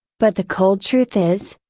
but the cold truth is,